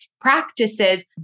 practices